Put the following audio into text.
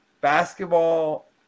basketball